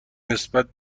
نسبت